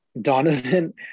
Donovan